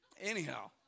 Anyhow